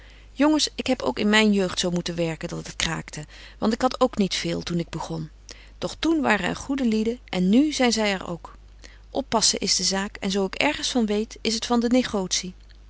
jongens ik heb ook in myn jeugd zo moeten werken dat het kraakte want ik had ook niet veel toen ik begon doch toen waren er goede lieden en nu zyn zy er ook oppassen is de zaak en zo ik ergens van weet is t van de negotie